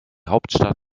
hauptstadt